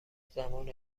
زمان